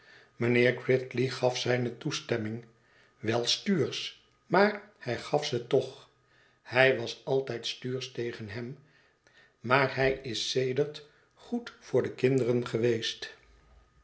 mijnheer gridley gaf zijne toestemming wel stuursch maar hij gaf ze toch hij was altijd stuursch tegen hem maar hij is sedert goed voor de kinderen geweest